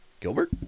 Gilbert